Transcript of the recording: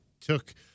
took